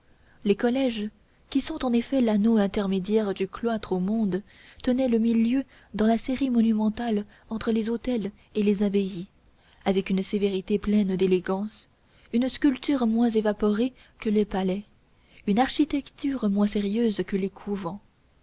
les collèges qui sont en effet l'anneau intermédiaire du cloître au monde tenaient le milieu dans la série monumentale entre les hôtels et les abbayes avec une sévérité pleine d'élégance une sculpture moins évaporée que les palais une architecture moins sérieuse que les couvents